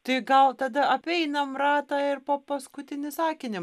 tai gal tada apeinam ratą ir po paskutinį sakinį